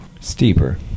Steeper